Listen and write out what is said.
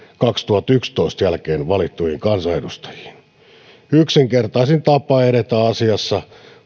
kaksituhattayksitoista jälkeen valittuihin kansanedustajiin yksinkertaisin tapa edetä asiassa